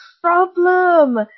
problem